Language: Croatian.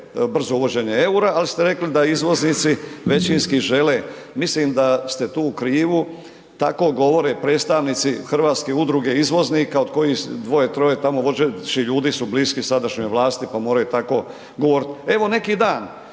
brzo uvođenje eura ali ste rekli da izvoznici većinski žele, mislim da ste tu u krivu, tako govore predstavnici Hrvatske udruge izvoznika od kojih dvoje, troje tamo vodećih ljudi su blisku sadašnjoj vlasti pa moraju tako govorit. Evo neki dan